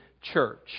church